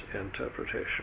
interpretation